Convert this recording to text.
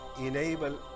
enable